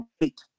wait